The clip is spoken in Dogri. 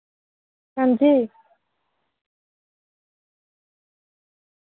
हां जी